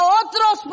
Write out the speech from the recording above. otros